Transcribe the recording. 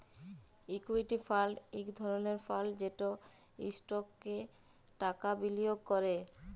equity fund ইক ধরলের fund যেট ইস্টকসে টাকা বিলিয়গ ক্যরে